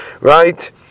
right